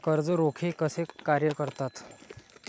कर्ज रोखे कसे कार्य करतात?